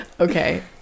Okay